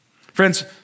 Friends